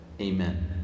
Amen